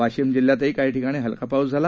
वाशिम जिल्ह्यातही काही ठिकाणी हलका पाऊस झाला